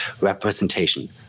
representation